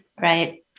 Right